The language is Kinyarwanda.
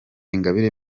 ingabire